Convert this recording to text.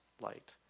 light